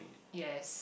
yes